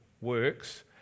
works